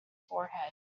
forehead